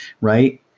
right